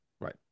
right